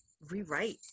rewrite